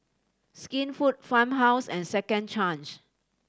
Skinfood Farmhouse and Second Change